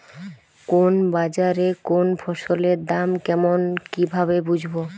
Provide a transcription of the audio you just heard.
কোন বাজারে কোন ফসলের দাম কেমন কি ভাবে বুঝব?